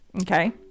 okay